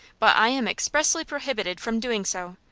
but i am expressly prohibited from doing so.